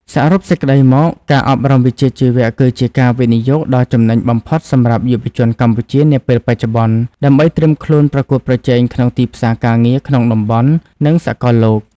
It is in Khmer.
សរុបសេចក្ដីមក ការអប់រំវិជ្ជាជីវៈគឺជាការវិនិយោគដ៏ចំណេញបំផុតសម្រាប់យុវជនកម្ពុជានាពេលបច្ចុប្បន្ន ដើម្បីត្រៀមខ្លួនប្រកួតប្រជែងក្នុងទីផ្សារការងារក្នុងតំបន់ និងសកលលោក។